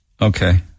okay